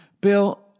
Bill